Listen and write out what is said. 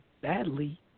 badly